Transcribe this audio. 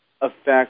affect